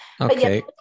Okay